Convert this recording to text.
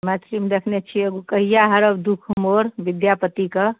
मैथिलीमे देखने छिऐ एगो कहिआ हरब दुःख मोर विद्यापति कऽ